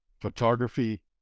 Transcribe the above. photography